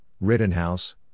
Rittenhouse